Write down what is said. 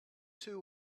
two